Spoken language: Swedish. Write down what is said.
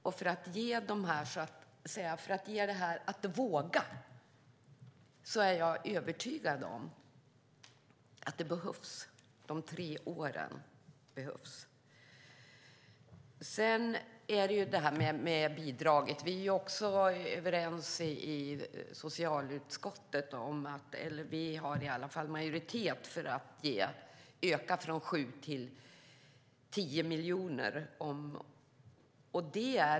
Och för att man ska våga är jag övertygad om att de tre åren behövs. Sedan är det detta med bidraget. Vi har en majoritet i socialutskottet som är för att man ska öka från 7 till 10 miljoner.